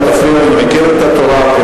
אל תפריעו, אני מכיר את התורה.